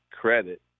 credit